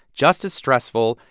just as stressful,